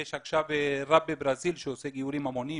יש עכשיו רב בברזיל שעושה גיורים המוניים,